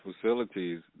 facilities